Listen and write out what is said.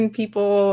people